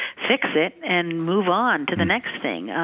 fix it, and move on to the next thing.